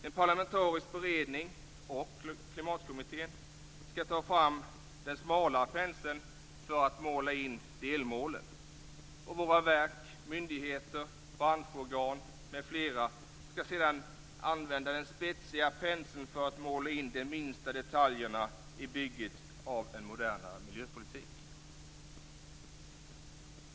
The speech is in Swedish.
En parlamentarisk beredning och klimatkommittén skall ta fram den smalare penseln för att måla in delmålen. Våra verk, myndigheter, branschorgan m.fl. skall sedan använda den spetsiga penseln för att måla in de minsta detaljerna i bygget av en modernare miljöpolitik.